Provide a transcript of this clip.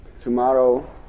Tomorrow